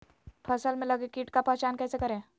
फ़सल में लगे किट का पहचान कैसे करे?